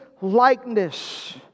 likeness